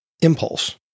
impulse